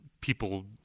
people